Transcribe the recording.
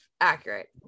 accurate